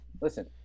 listen